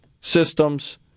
systems